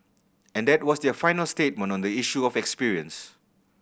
and that was their final statement on the issue of experience